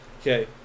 Okay